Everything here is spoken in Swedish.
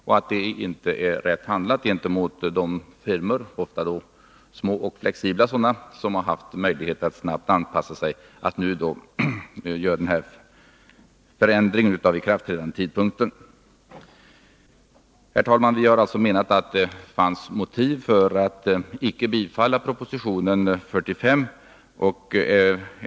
Och vi framhöll att det inte är riktigt mot de firmor — ofta små och flexibla sådana — som har möjlighet att snabbt anspassa sig att nu göra denna förändring av ikraftträdandetidpunkten. Herr talman! Vi har alltså menat att det finns motiv för att inte bifalla proposition 45.